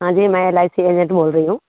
हाँ जी मैं एल आई सी एजेंट बोल रही हूँ